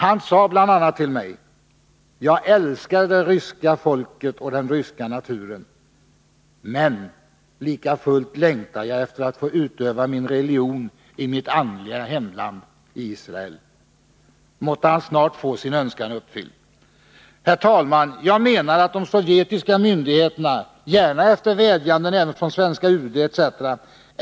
Han sade bl.a. till mig: ”Jag älskar det ryska folket och den ryska naturen, men likafullt längtar jag efter att få utöva min religion i mitt andliga hemland —- Israel!” Måtte han snart få sin önskan uppfylld! Herr talman! Jag menar att om de sovjetiska myndigheterna — gärna efter vädjanden även från svenska UD etc.